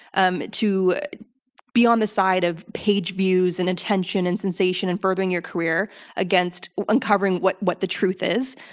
um to be on the side of page views and attention and sensation and furthering your career against uncovering what what the truth is.